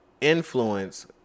influence